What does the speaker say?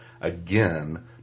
again